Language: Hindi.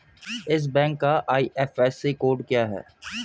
इस बैंक का आई.एफ.एस.सी कोड क्या है?